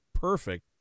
perfect